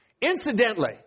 Incidentally